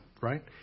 Right